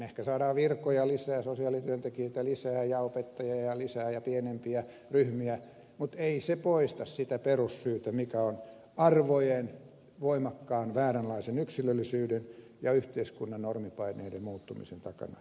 ehkä saadaan virkoja lisää sosiaalityöntekijöitä lisää ja opettajia lisää ja pienempiä ryhmiä mutta ei se poista sitä perussyytä mikä on arvojen voimakkaan vääränlaisen yksilöllisyyden ja yhteiskunnan normipaineiden muuttumisen takana